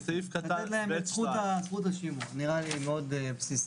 זה נראה לי מאוד בסיסי.